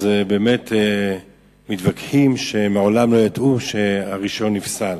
הם מתווכחים שהם מעולם לא ידעו שהרשיון נפסל.